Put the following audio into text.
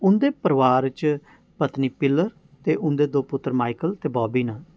उं'दे परोआर च पत्नी पिलर ते उं'दे दो पुत्तर माइकल ते बॉबी न